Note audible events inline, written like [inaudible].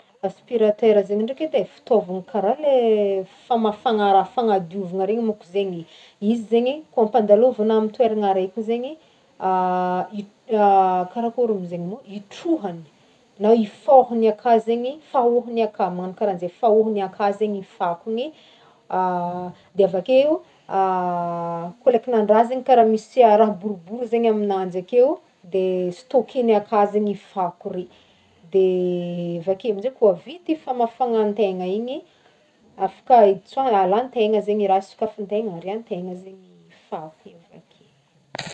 Aspiratera zaigny ndreky edy e, fitaovagna karaha lay famafagna raha fagnadiovana regny mô ko zegny e, izy zaigny e koa ampadalôvana amin'ny toerana araiky zaigny [hesitation] [hesitation] karakôry mo zaigny mô itrohany na hoe ifaohany aka zaigny, faohiny aka magnano karanjay faohiny aka zaigny fako igny [hesitation] de avakeo [hesitation] koa laiky nandraha zaigny karaha misy raha boribory zaigny aminanjy akeo de stocker-ny aka zaigny fako re de avake aminjay koa vita i famafagna antegna igny afaka itsoa- alan'tegna zaigny i raha sokafan-tegna, arian-tegna zaigny fako io avake.